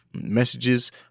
messages